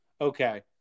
Okay